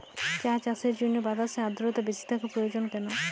চা চাষের জন্য বাতাসে আর্দ্রতা বেশি থাকা প্রয়োজন কেন?